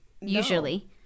usually